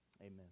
Amen